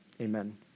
amen